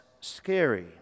scary